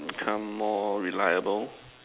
become more reliable